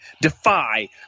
Defy